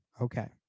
Okay